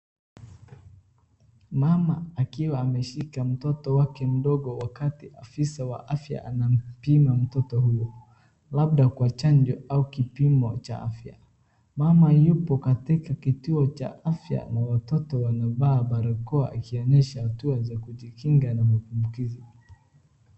Mama akiwa ameshika mtoto wake mdogo wakati afisa wa afya anapima mtoto huyo, labda kwa chanjo au kipimo cha afya. Mama yupo katika kituo cha afya na watoto wanvaa barakoa, ikinesha hatua za kujikinga na maambukizi.